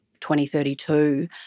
2032